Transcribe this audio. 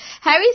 Harry